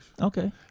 Okay